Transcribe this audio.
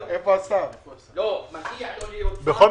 אנחנו מבקשים שהייצוג יהיה הולם כמו שכתוב, לכולם.